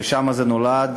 ושם זה נולד,